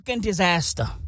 Disaster